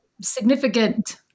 significant